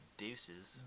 deuces